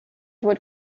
would